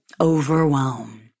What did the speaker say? overwhelm